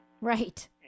Right